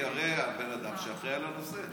היא הרי הבן אדם שאחראי לנושא.